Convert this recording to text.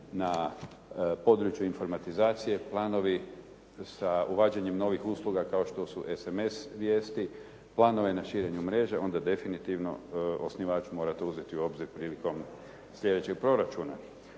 na području informatizacije, planovi sa uvađanjem novih usluga kao što su SMS vijesti, planovi na širenju mreže, onda definitivno osnivač mora to uzeti u obzir prilikom sljedećeg proračuna.